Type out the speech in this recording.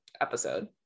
episode